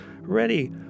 ready